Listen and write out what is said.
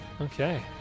Okay